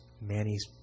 Manny's